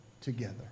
together